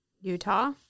Utah